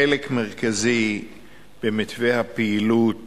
חלק מרכזי במתווה הפעילות